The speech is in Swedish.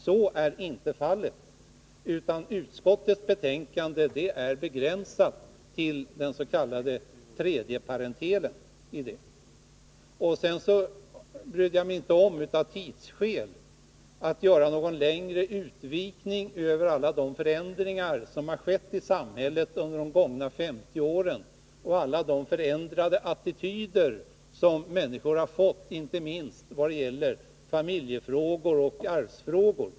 Så är inte fallet, utan utskottets förslag är begränsat till den tredje parentelen. Av tidsskäl brydde jag mig inte om att göra någon längre utvikning över alla de förändringar som har skett i samhället under de gångna 50 åren och över alla de förändrade attityder som människor har fått, inte minst när det gäller familjefrågor och arvsfrågor.